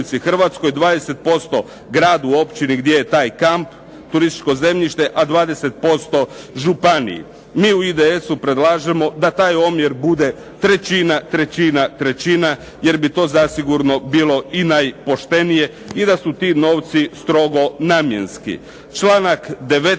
Hrvatskoj, 20% gradu, općini gdje je taj kamp, turističko zemljište, a 20% županiji. Mi u IDS-u predlažemo da taj omjer bude trećina, trećina, trećina, jer bi to zasigurno bilo i najpoštenije i da su ti novci strogo namjenski.